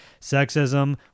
Sexism